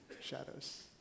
shadows